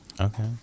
okay